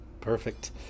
Perfect